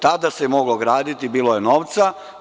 Tada se moglo graditi, bilo je novca.